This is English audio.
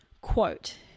Quote